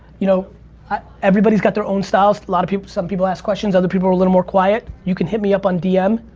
you know everybody's got their own style. a lot of people, some people ask questions, other people are a little more quiet. you can hit me up on dm.